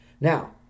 Now